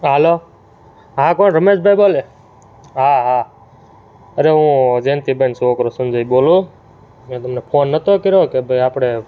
હાલો હા કોણ રમેશભાઈ બોલે હા હા અરે હું જ્યંતીભાઈનો છોકરો સંજય બોલું મેં તમને ફોન નહોતો કર્યો કે ભાઈ આપણે